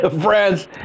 friends